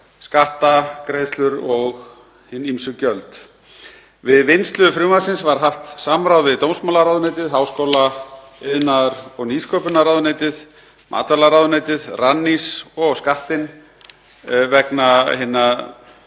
skattagreiðslur og hin ýmsu gjöld. Við vinnslu þess var haft samráð við dómsmálaráðuneytið, háskóla-, iðnaðar- og nýsköpunarráðuneytið, matvælaráðuneytið, Rannís og Skattinn vegna ýmissa